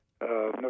No